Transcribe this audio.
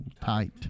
tight